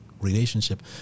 Relationship